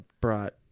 brought